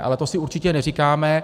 Ale to si určitě neříkáme.